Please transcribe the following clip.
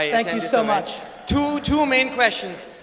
ah thank you so much. two two main questions.